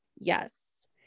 Yes